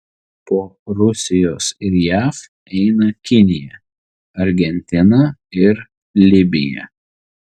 po rusijos ir jav eina kinija argentina ir libija